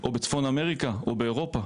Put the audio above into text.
או בצפון אמריקה, או באירופה,